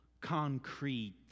concrete